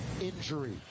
injury